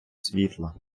світла